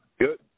Good